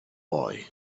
boy